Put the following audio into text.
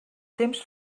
temps